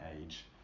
age